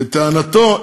לטענתו,